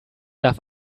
darf